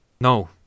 No